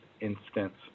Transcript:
instance